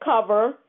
cover